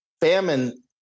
famine